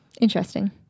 Interesting